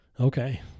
Okay